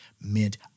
meant